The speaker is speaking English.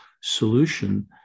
solution